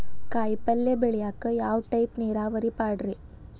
ಕಾಯಿಪಲ್ಯ ಬೆಳಿಯಾಕ ಯಾವ ಟೈಪ್ ನೇರಾವರಿ ಪಾಡ್ರೇ?